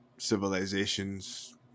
civilizations